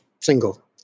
single